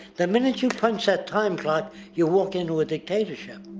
the minute you punch that time clock you walk into a dictatorship.